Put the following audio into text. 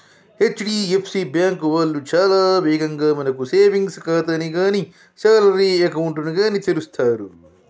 HDFC bank వాళ్ళు చాలా వేగంగా మనకు సేవింగ్స్ ఖాతాని గానీ శాలరీ అకౌంట్ ని గానీ తెరుస్తరు